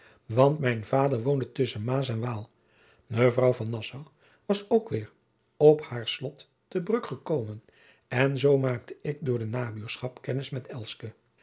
want mijn vaôder woonde tusschen maôs en waôl mevrouw van nassau was ook weêr op henr slot te bruck ekomen en zoo maôkte ik door de nabuurschap kennis met